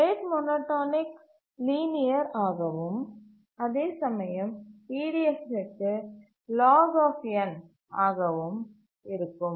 rate monotonic linear ஆகவும் அதே சமயம் இ டி எஃப்க்கு லாக் n ஆகவும் இருக்கும்